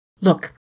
Look